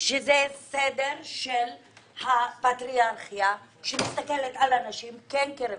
שזה סדר של הפטריארכיה שמסתכלת על הנשים כרכוש.